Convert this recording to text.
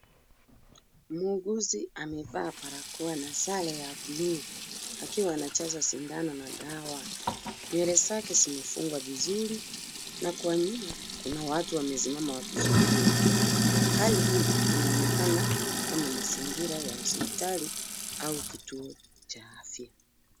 Muuguzi amevaa barakoa na sare ya bluu. Akiwa anajaza sindano na dawa. Nywele zake vizuri na kwa nyuma, watu wamesimama wakisubiri. Hali hii inaonekana kama mazingira ya hospitali au kituo cha afya.